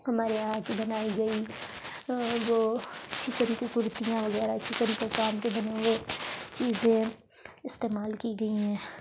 ہمارے یہاں کی بنائی گئی جو چکن کی کرتیاں وغیرہ چکن کے کام کے بنے ہوئے چیزیں استعمال کی گئی ہیں